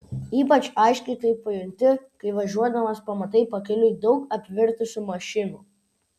ypač aiškiai tai pajunti kai važiuodamas pamatai pakeliui daug apvirtusių mašinų